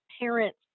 parents